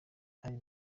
ali